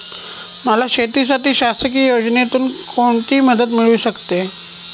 मला शेतीसाठी शासकीय योजनेतून कोणतीमदत मिळू शकते?